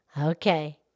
Okay